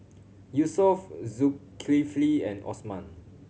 Yusuf Zulkifli and Osman